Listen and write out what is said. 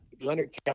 Leonard